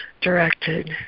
directed